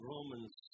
Romans